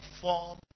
form